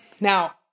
Now